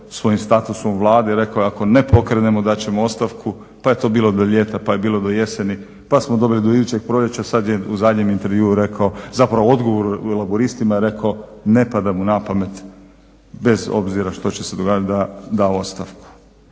svojim statusom u Vladi i rekao ako ne pokrenemo dat ćemo ostavku. Pa je to bilo do ljeta, pa do jeseni pa smo doveli do idućeg proljeća sada je u zadnjem intervjuu rekao zapravo u odgovoru Laburistima je rekao ne pada mu na pamet bez obzira što će se događati da da ostavku.